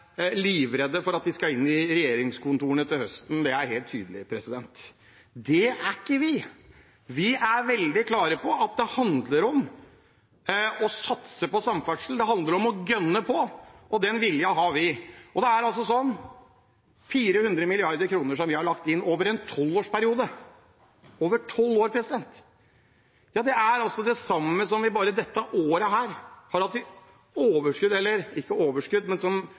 for at de skal inn i regjeringskontorene til høsten – det er helt tydelig. Det er ikke vi. Vi er veldig klare på at det handler om å satse på samferdsel, det handler om å «gønne» på – og den viljen har vi. Vi har lagt inn 400 mrd. kr over en tolvårsperiode – over tolv år. Det er det samme som oljefondet har økt med bare dette året. Hvis man ser på det siste året, har